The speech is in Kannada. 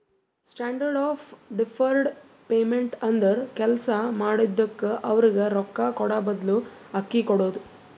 ಸ್ಟ್ಯಾಂಡರ್ಡ್ ಆಫ್ ಡಿಫರ್ಡ್ ಪೇಮೆಂಟ್ ಅಂದುರ್ ಕೆಲ್ಸಾ ಮಾಡಿದುಕ್ಕ ಅವ್ರಗ್ ರೊಕ್ಕಾ ಕೂಡಾಬದ್ಲು ಅಕ್ಕಿ ಕೊಡೋದು